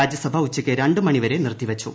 രാജ്യസഭ ഉച്ചയ്ക്ക് രണ്ട് മണിവരെ നിർത്തി വച്ചു